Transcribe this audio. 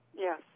Yes